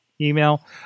email